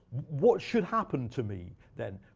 what should happen to me then?